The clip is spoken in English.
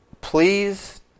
Please